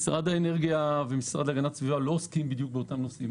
משרד האנרגיה והמשרד להגנת הסביבה לא עוסקים בדיוק באותם נושאים.